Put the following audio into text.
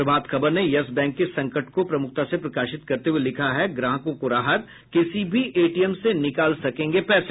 प्रभात खबर ने Yes Bank की संकट को प्रमुखता से प्रकाशित करते हुये लिखा है ग्राहकों को राहत किसी भी एटीएम से निकाल सकेंगे पैसे